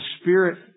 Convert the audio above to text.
spirit